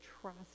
trust